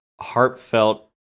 heartfelt